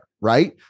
right